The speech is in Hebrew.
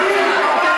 אתם לא רציניים.